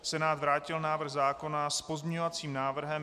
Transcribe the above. Senát vrátil návrh zákona s pozměňovacím návrhem.